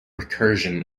recursion